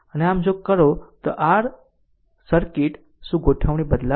આમ જો આમ કરો તો સર્કિટ r શું ગોઠવણી બદલાશે